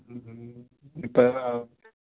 ਹਮ ਹਮ